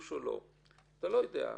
אתה לא יודע.